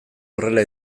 horrela